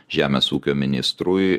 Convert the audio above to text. žemės ūkio ministrui